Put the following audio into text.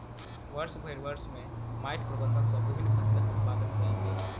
वर्षभरि वर्ष में माइट प्रबंधन सॅ विभिन्न फसिलक उत्पादन कयल गेल